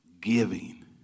Giving